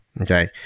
Okay